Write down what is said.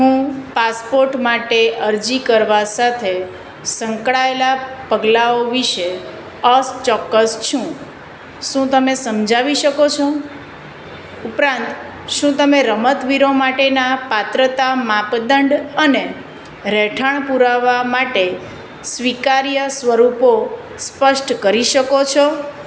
હું પાસપોર્ટ માટે અરજી કરવા સાથે સંકળાયેલાં પગલાંઓ વિષે અચોક્કસ છું શું તમે સમજાવી શકો છો ઉપરાંત શું તમે રમતવીરો માટેના પાત્રતા માપદંડ અને રહેઠાણ પુરાવા માટે સ્વીકાર્ય સ્વરૂપો સ્પષ્ટ કરી શકો છો